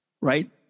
Right